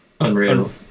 unreal